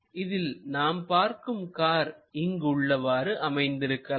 இதில் நாம் பார்க்கும் கார் இங்கு உள்ளவாறு அமைந்திருக்கலாம்